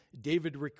David